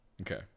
Okay